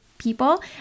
people